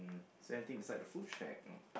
is there anything beside the food shack loh